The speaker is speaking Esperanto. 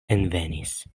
envenis